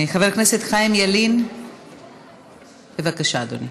חבר הכנסת חיים ילין, בבקשה, אדוני.